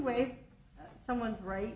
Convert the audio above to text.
way someone right